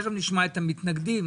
תכף נשמע את המתנגדים.